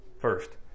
first